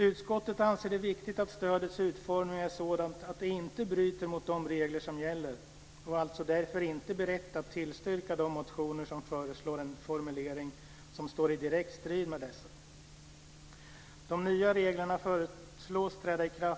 Utskottet anser det viktigt att stödets utformning är sådant att det inte bryter mot de regler som gäller och är alltså därför inte berett att tillstyrka de motioner som föreslår en formulering som står i direkt strid med dessa.